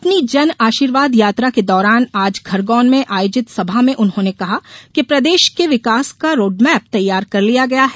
अपनी जन आशीर्वाद यात्रा के दौरान आज खरगौन में आयोजित सभा में उन्होंने कहा कि प्रदेश के विकास का रोडमैप तैयार कर लिया गया है